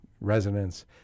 Resonance